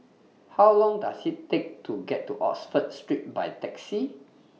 How Long Does IT Take to get to Oxford Street By Taxi